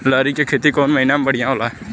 लहरी के खेती कौन महीना में बढ़िया होला?